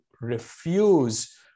refuse